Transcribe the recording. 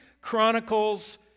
Chronicles